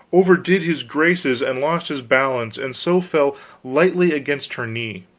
overdid his graces and lost his balance, and so fell lightly against her knee.